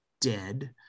dead